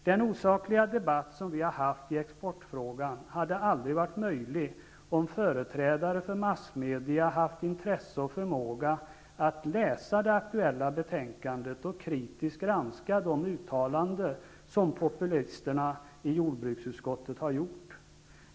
Den osakliga debatt som vi har haft i exportfrågan hade aldrig varit möjligt om företrädare för massmedia haft intresse och förmåga att läsa det aktuella betänkandet och kritiskt granska de uttalanden som populisterna i jordbruksutskottet har gjort.